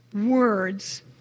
words